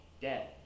dead